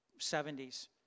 70s